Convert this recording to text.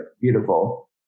beautiful